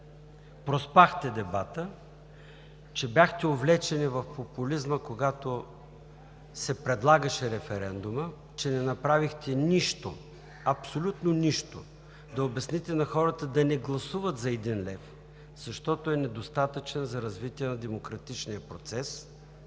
проспахте дебата, че бяхте увлечени в популизма, когато се предлагаше референдумът, че не направихте нищо – абсолютно нищо, да обясните на хората да не гласуват за един лев, защото е недостатъчен за развитието на демократичния процес,